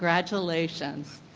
congratulations.